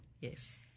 Yes